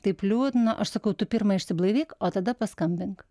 taip liūdna aš sakau tu pirma išsiblaivyk o tada paskambink